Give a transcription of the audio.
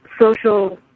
social